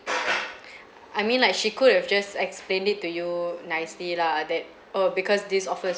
I mean like she could have just explained it to you nicely lah that oh because this offer is